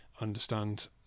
understand